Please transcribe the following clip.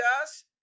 guys